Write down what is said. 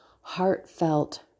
heartfelt